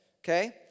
Okay